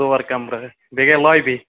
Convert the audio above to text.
ژور کَمرٕ بیٚیہِ گٔیہِ لٲبی